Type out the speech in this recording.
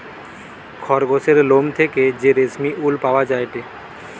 খরগোসের লোম থেকে যে রেশমি উল পাওয়া যায়টে